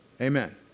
Amen